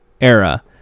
era